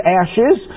ashes